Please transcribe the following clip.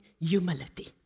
humility